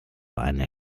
eine